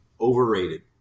overrated